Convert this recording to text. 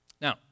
Now